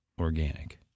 organic